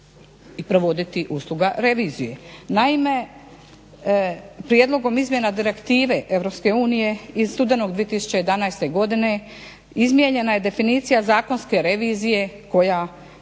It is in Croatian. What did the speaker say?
i provoditi usluga revizije. Naime, prijedlogom izmjena Direktive Europske unije iz studenog 2011. godine izmijenjena je definicija zakonske revizije koja